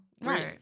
Right